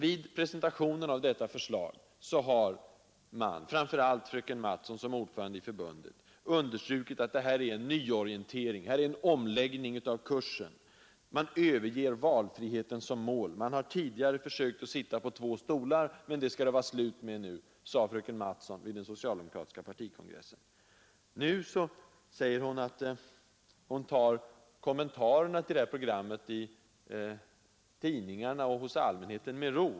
Vid presentationen av detta förslag har man — framför allt fröken Mattson som är ordförande i kvinnoförbundet — understrukit att det är fråga om en nyorientering, en omläggning av kursen. Man överger valfriheten som mål. Man har tidigare försökt sitta på två stolar, men det skall vara slut med det nu, sade fröken Mattson på socialdemokratiska partikongressen. Nu säger fröken Mattson att hon tar kommentarerna till detta Program i tidningarna och bland allmänheten med ro.